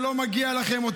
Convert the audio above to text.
שלא מגיעות לכם,